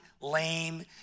lame